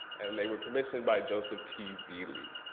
and they were commissioned by joseph t. zealy.